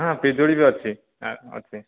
ହଁ ପିଜୁଳି ବି ଅଛି ହଁ ଅଛି